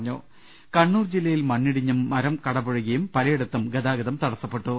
്്്്്് കണ്ണൂർ ജില്ലയിൽ മണ്ണിടിഞ്ഞും മരം കടപുഴകിയും പലയി ടത്തും ഗതാഗതം തടസ്സപ്പെട്ടു